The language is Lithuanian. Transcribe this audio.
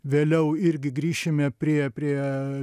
vėliau irgi grįšime prie prie